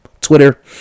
twitter